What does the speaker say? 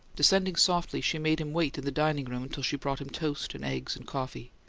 descending softly, she made him wait in the dining-room until she brought him toast and eggs and coffee.